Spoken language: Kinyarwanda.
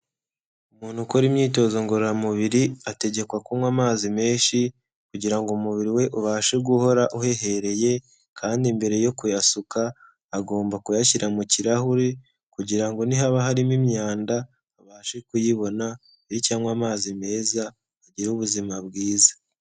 Umuntu ukora imyitozo ngororamubiri ategekwa kunywa amazi menshi kugira ngo umubiri we ubashe guhora uhehereye kandi mbere yo kuyasuka, agomba kuyashyira mu kirahure kugira ngo nihaba harimo imyanda, abashe kuyibona iri cyangwa amazi meza agire ubuzima bwiza.